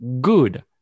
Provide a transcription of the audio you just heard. good